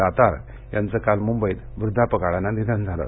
दातार यांचं काल मुंबईत वृद्धापकाळानं निधन झाले